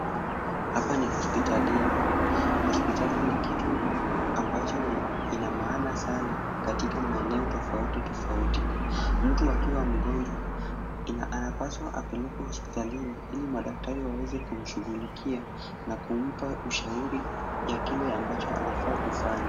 Hapa ni hospitalini. Hospitali ni kitu ambacho ina maana sana katika maeneo tofauti tofauti. Mtu akiwa mgonjwa, anapaswa apelekwe hospitalini ili madaktari waweze kumshughulikia na kumpa ushauri ya kile ambacho anafaa kufanya.